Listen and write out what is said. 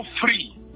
free